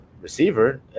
receiver